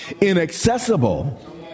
Inaccessible